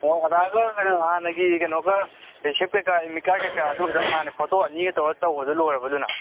ꯑꯣ ꯑꯙꯥꯔꯒ ꯀꯩꯅꯣ ꯍꯥꯟꯅꯒꯤ ꯀꯩꯅꯣꯒ ꯔꯤꯁꯤꯞ ꯀꯩꯀꯥ ꯑꯦꯗꯃꯤꯠ ꯀꯥꯔꯠ ꯀꯩꯀꯥ ꯑꯗꯨ ꯈꯇꯪ ꯍꯥꯟꯅ ꯐꯣꯇꯣ ꯑꯅꯤꯒ ꯇꯧꯔ ꯇꯧꯕꯗꯣ ꯂꯣꯏꯔꯕꯣ ꯑꯗꯨꯅ